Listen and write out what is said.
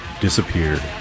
disappeared